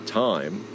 time